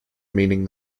meaning